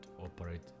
operate